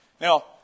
Now